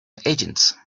agents